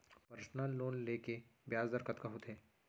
Personal loan ले के ब्याज दर कतका होथे?